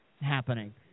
happening